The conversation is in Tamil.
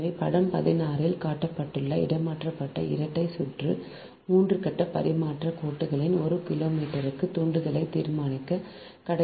எனவே படம் 16 இல் காட்டப்பட்டுள்ள இடமாற்றப்பட்ட இரட்டை சுற்று 3 கட்ட பரிமாற்றக் கோட்டின் ஒரு கிலோமீட்டருக்குத் தூண்டலைத் தீர்மானிக்கவும்